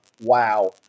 Wow